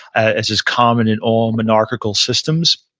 as is common in all monarchical systems.